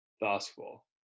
basketball